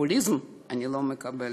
פופוליזם אני לא מקבלת.